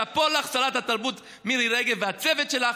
שאפו לך, שרת התרבות מירי רגב, ולצוות שלך.